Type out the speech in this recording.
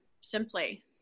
simply